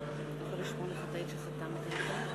(חותם על ההצהרה) אני מתכבד להזמין את חבר הכנסת מאיר כהן,